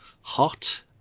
Hot